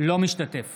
אינו משתתף